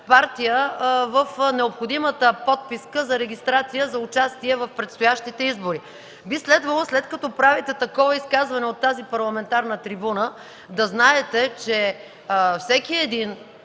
партия в необходимата подписка за регистрация за участие в предстоящите избори. Би следвало, след като правите такова изказване от тази парламентарна трибуна, да знаете, че всеки един,